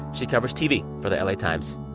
she covers tv for the la times